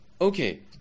Okay